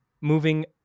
moving